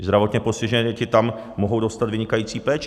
Zdravotně postižení, ti tam mohou dostat vynikající péči.